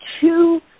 two